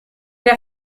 der